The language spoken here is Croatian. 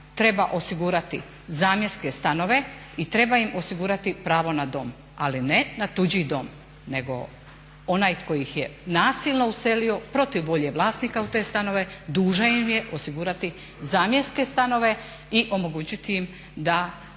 treba osigurati zamjenske stanove i treba im osigurati pravo na dom. Ali ne na tuđi dom, nego onaj tko ih je nasilno uselio protiv volje vlasnika u te stanove dužan im je osigurati zamjenske stanove i omogućiti im da